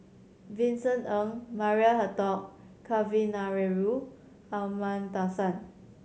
Vincent Ng Maria Hertogh Kavignareru Amallathasan